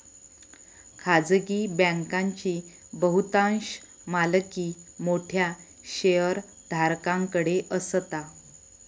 खाजगी बँकांची बहुतांश मालकी मोठ्या शेयरधारकांकडे असता